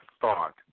thought